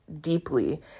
deeply